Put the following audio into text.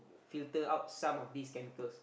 filter out some of these chemicals